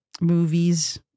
movies